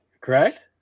correct